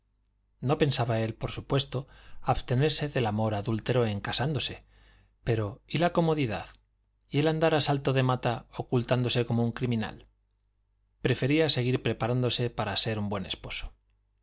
no pensaba él por supuesto abstenerse del amor adúltero en casándose pero y la comodidad y el andar a salto de mata ocultándose como un criminal prefería seguir preparándose para ser un buen esposo